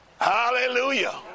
Hallelujah